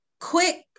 quick